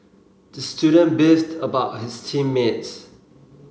the student beefed about his team mates